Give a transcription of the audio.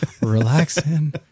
relaxing